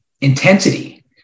intensity